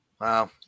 Wow